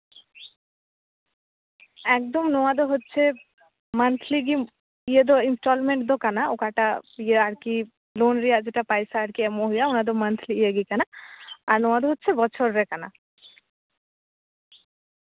ᱮᱠᱫᱚᱢ ᱱᱚᱣᱟ ᱫᱚ ᱦᱚᱪᱪᱷᱮ ᱢᱟᱱᱛᱷᱞᱤ ᱜᱮ ᱤᱭᱟᱹ ᱫᱚ ᱤᱱᱥᱴᱚᱞᱢᱮᱱᱴ ᱫᱚ ᱠᱟᱱᱟ ᱚᱠᱟᱴᱟᱜ ᱤᱭᱟᱹ ᱟᱨᱠᱤ ᱞᱳᱱ ᱨᱮᱭᱟᱜ ᱯᱟᱭᱥᱟ ᱟᱨᱠᱤ ᱮᱢᱚᱜ ᱦᱩᱭᱩᱜᱼᱟ ᱚᱱᱟ ᱫᱚ ᱢᱟᱱᱛᱷᱞᱤ ᱜᱮ ᱠᱟᱱᱟ ᱟᱨ ᱱᱚᱣᱟ ᱫᱚ ᱦᱚᱪᱪᱷᱮ ᱵᱚᱪᱷᱚᱨ ᱨᱮ ᱠᱟᱱᱟ